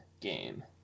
game